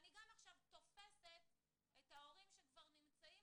ואני גם עכשיו תופסת את ההורים שכבר נמצאים